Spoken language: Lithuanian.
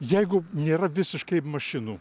jeigu nėra visiškai mašinų